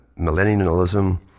millennialism